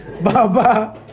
Baba